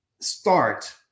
Start